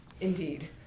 Indeed